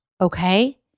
okay